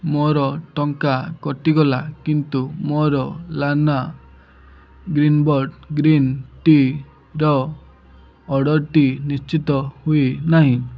ମୋର ଟଙ୍କା କଟିଗଲା କିନ୍ତୁ ମୋର ଲାନା ଗ୍ରୀନ୍ବର୍ଡ଼୍ ଗ୍ରୀନ୍ ଟି'ର ଅର୍ଡ଼ର୍ଟି ନିଶ୍ଚିତ ହୋଇନାହିଁ